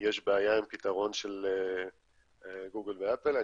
יש בעיה עם הפתרון של גוגל ואפל.